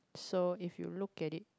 so if you look at it